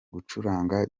gucuranga